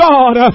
God